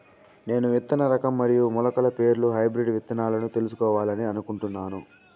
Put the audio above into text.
నేను విత్తన రకం మరియు మొలకల పేర్లు హైబ్రిడ్ విత్తనాలను తెలుసుకోవాలని అనుకుంటున్నాను?